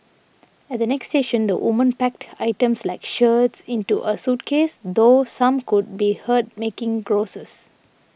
at the next station the women packed items like shirts into a suitcase though some could be heard making grouses